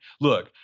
Look